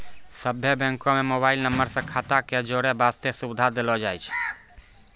सभ्भे बैंको म मोबाइल नम्बर से खाता क जोड़ै बास्ते सुविधा देलो जाय छै